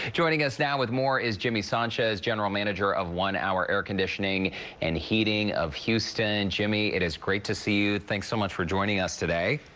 joining us now with more is jimmy sanchez, general manager of one hour air conditioning and heating of houston. jimmy, it is great to see you. thanks so much for joining us today.